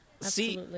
see